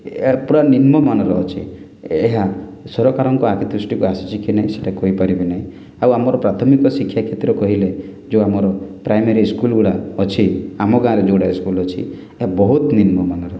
ଏ ପୁରା ନିମ୍ନମାନର ଅଛି ଏହା ସରକାରଙ୍କ ଆଖି ଦୃଷ୍ଟିକୁ ଆସୁଛି କି ନାହିଁ ସେଇଟା କହିପାରିବି ନାହିଁ ଆମର ପ୍ରାଥମିକ ଶିକ୍ଷା କ୍ଷେତ୍ର କହିଲେ ଯେଉଁ ଆମର ପ୍ରାଇମେରି ସ୍କୁଲ୍ଗୁଡ଼ା ଅଛି ଆମ ଗାଁରେ ଯେଉଁଟା ସ୍କୁଲ୍ ଅଛି ବହୁତ ନିମ୍ନମାନର